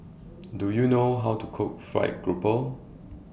Do YOU know How to Cook Fried Grouper